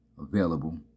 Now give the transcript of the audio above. available